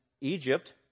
Egypt